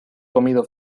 comido